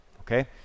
okay